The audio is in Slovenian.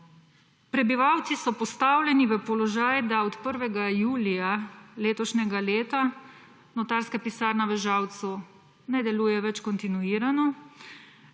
Prebivalci so postavljeni v položaj, da od 1. julija letošnjega leta notarska pisarna v Žalcu ne deluje več kontinuirano.